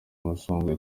musombwa